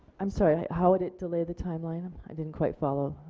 i'm sorry how would it delay the timeline um i didn't quite follow?